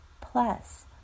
plus